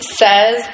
says